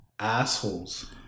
assholes